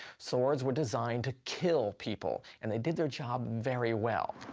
swords were designed to kill people, and they did their job very well.